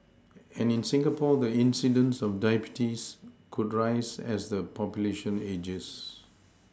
and in Singapore the incidence of diabetes could rise as the population ages